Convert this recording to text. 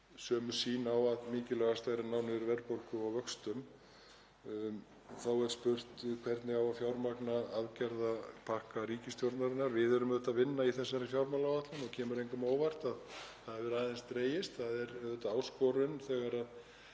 sömu sýn á að mikilvægast væri að ná niður verðbólgu og vöxtum. Þá er spurt: Hvernig á að fjármagna aðgerðapakka ríkisstjórnarinnar? Við erum auðvitað að vinna í þessari fjármálaáætlun og kemur engum á óvart að það hefur aðeins dregist. Það er auðvitað áskorun þegar við